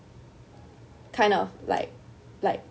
kind of like like